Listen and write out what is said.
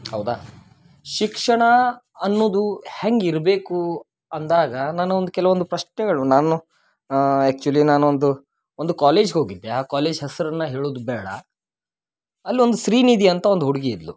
ಹೌದಾ ಶಿಕ್ಷಣ ಅನ್ನುದು ಹೆಂಗಿರಬೇಕು ಅಂದಾಗ ನಾನೊಂದು ಕೆಲವೊಂದು ಪ್ರಶ್ನೆಗಳು ನಾನು ಆ್ಯಕ್ಚುಲಿ ನಾನೊಂದು ಒಂದು ಕಾಲೇಜ್ಗೆ ಹೋಗಿದ್ದೆ ಆ ಕಾಲೇಜ್ ಹೆಸರನ್ನ ಹೇಳುದೆ ಬ್ಯಾಡ ಅಲ್ಲೊಂದು ಶ್ರೀನಿಧಿ ಅಂತ ಒಂದು ಹುಡ್ಗಿ ಇದ್ಲು